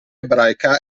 ebraica